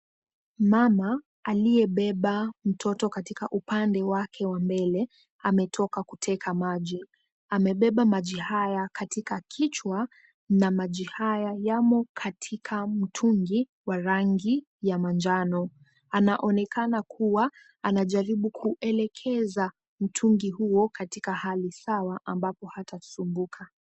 Mama, aliyebeba mtoto katika upande wake wa mbele, ametoka kuteka maji. Amebeba maji haya katika kichwa na maji haya yamo katika mtungi wa rangi ya manjano. Anaonekana kuwa anajaribu kuelekeza mtungi huo katika hali sawa ambapo hatasumbuka.